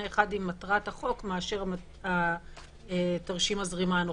אחד עם מטרת החוק מאשר תרשים הזרימה הנוכחי.